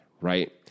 Right